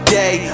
day